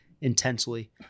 intensely